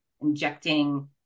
injecting